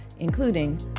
including